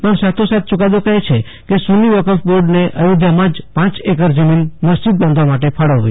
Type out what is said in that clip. પણ સાથી સાથ યુકાદો કહે છે કે સુન્નિવકફ બોર્ડને અયોધ્યામાં જ પાંચ એકર જમીન મસ્જીદ બાંધવા માટે ફાળવવી